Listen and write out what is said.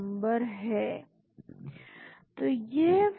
तो आप फार्माजीस्ट को चलाते हैं तो यह एक web server है